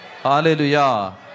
Hallelujah